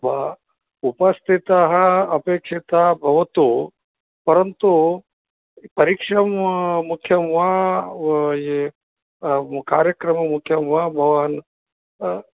भोः उपस्थितः अपेक्षितः भवतु परन्तु परीक्षां मुख्यं वा कार्यक्रमः मुख्यं वा भवान्